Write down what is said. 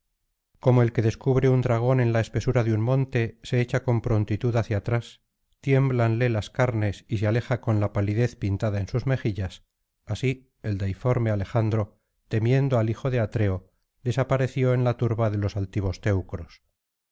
como el que descubre un dragón en la espesura de un monte se echa con prontitud hacia atrás tiémblanle las carnes y se aleja con la palidez pintada en sus mejillas así el deitorme alejandro temiendo al hijo de atreo desapareció en la turba de los altivos teucros